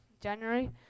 January